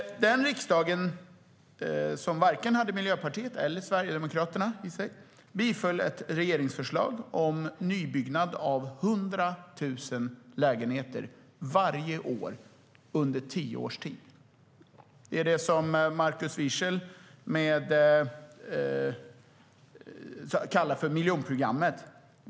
Den riksdagen, som inte innehöll vare sig Miljöpartiet eller Sverigedemokraterna, biföll ett regeringsförslag om nybyggnad av 100 000 lägenheter varje år under tio års tid. Det är det Markus Wiechel kallar miljonprogrammet.